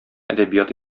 әдәбият